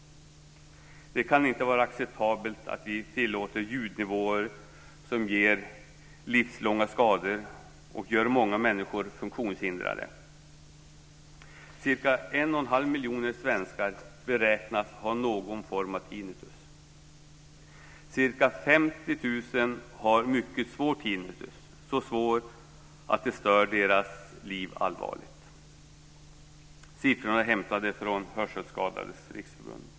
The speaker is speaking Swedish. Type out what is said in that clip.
Det kan inte vara acceptabelt att vi tillåter ljudnivåer som ger livslånga skador och gör många människor funktionshindrade. Ca 1,5 miljoner svenskar beräknas ha någon form av tinnitus. Ca 50 000 har mycket svår tinnitus, så svår att det stör deras liv allvarligt. Siffrorna är hämtade från Hörselskadades Riksförbund.